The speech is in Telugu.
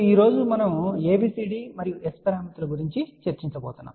ఈ రోజు మనం ABCD మరియు S పారామితుల గురించి చర్చించబోతున్నాం